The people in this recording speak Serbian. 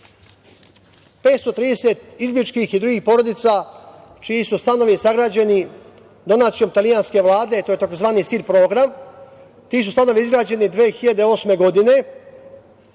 530 izbegličkih i drugih porodica čiji su stanovi sagrađeni donacijom italijanske vlade, to je tzv. SIRP program, ti su stanovi izgrađeni 2008. godine.